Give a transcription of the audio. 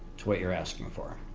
to what you're asking for.